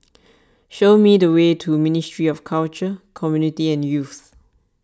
show me the way to Ministry of Culture Community and Youth